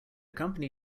company